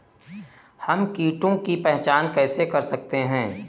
हम कीटों की पहचान कैसे कर सकते हैं?